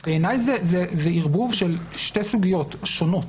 בעיניי זה ערבוב של שתי סוגיות שונות.